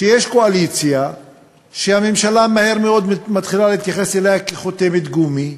שיש קואליציה שהממשלה מהר מאוד מתחילה להתייחס אליה כלחותמת גומי.